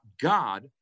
god